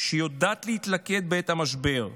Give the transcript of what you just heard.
שיודעת להתלכד בעת משבר.